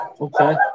Okay